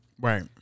Right